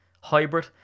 hybrid